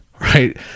right